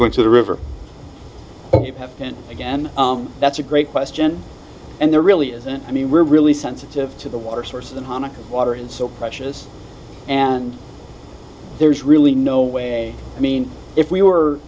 going to the river and again that's a great question and there really isn't i mean we're really sensitive to the water source and hanukah water is so precious and there's really no way i mean if we were